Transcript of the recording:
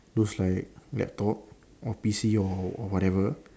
those like laptop or p_c or or whatever